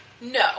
No